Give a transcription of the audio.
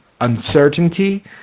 uncertainty